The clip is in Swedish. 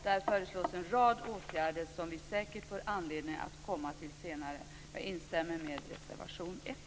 Där föreslås en rad åtgärder som vi säkert får anledning att komma till senare. Jag instämmer i reservation 1.